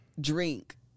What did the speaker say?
drink